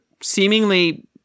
seemingly